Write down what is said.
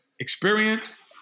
experience